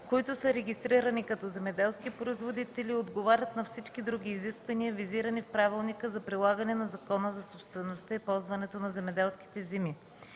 които са регистрирани като земеделски производители и отговарят на всички други изисквания, визирани в Правилника за прилагане на Закона за собствеността и ползването на земеделските земи.